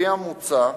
לפי המוצע,